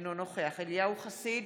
אינו נוכח אליהו חסיד,